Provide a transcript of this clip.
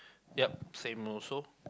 yeap same also